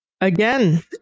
Again